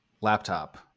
laptop